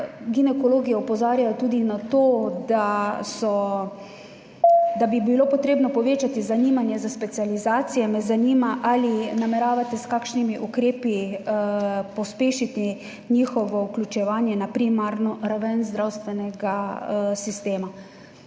ginekologi opozarjajo tudi na to, da bi bilo treba povečati zanimanje za specializacije, me zanima: Ali nameravate s kakšnimi ukrepi pospešiti njihovo vključevanje na primarno raven zdravstvenega sistema?